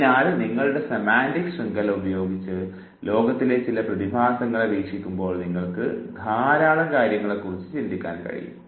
അതിനാൽ നിങ്ങളുടെ സെമാൻറിക് ശൃംഖല ഉപയോഗിച്ച് ലോകത്തിലെ ചില പ്രതിഭാസങ്ങളെ വീക്ഷിക്കുമ്പോൾ നിങ്ങൾക്ക് ധാരാളം കാര്യങ്ങളെക്കുറിച്ച് ചിന്തിക്കാൻ കഴിയുന്നു